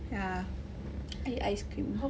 ya I eat ice cream